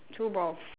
two balls